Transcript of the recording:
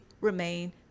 remain